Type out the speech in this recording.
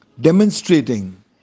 demonstrating